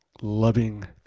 Loving